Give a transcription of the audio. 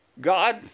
God